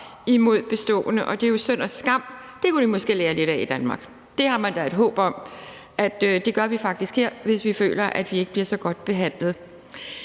imod det bestående, og det er jo synd og skam. Det kunne de måske lære lidt af i Danmark; det kan man da have et håb om. Det gør vi faktisk her, hvis vi føler, at vi ikke bliver så godt behandlet.